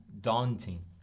daunting